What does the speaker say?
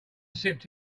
sipped